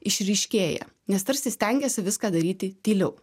išryškėja nes tarsi stengiasi viską daryti tyliau